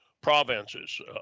provinces